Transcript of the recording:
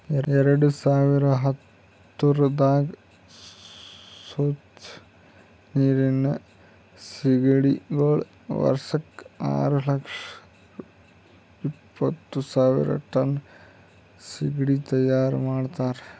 ಎರಡು ಸಾವಿರ ಹತ್ತುರದಾಗ್ ಸ್ವಚ್ ನೀರಿನ್ ಸೀಗಡಿಗೊಳ್ ವರ್ಷಕ್ ಆರು ಲಕ್ಷ ಎಪ್ಪತ್ತು ಸಾವಿರ್ ಟನ್ ಸೀಗಡಿ ತೈಯಾರ್ ಮಾಡ್ತಾರ